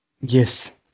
Yes